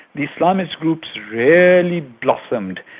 the islamist groups really blossomed,